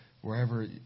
wherever